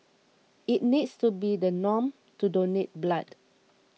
it needs to be the norm to donate blood